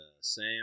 Sam